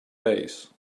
base